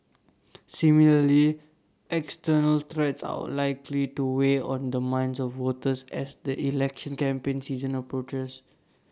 similarly external threats are all likely to weigh on the minds of voters as the election campaign season approaches